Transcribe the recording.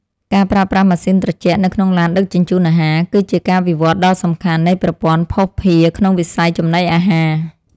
ការប្រើប្រាស់ម៉ាស៊ីនត្រជាក់នៅក្នុងឡានដឹកជញ្ជូនអាហារ គឺជាការវិវត្តដ៏សំខាន់នៃប្រព័ន្ធភស្តុភារក្នុងវិស័យចំណីអាហារ។